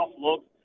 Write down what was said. look